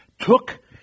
took